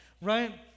Right